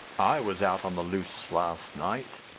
i was out on the loose last night